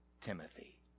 Timothy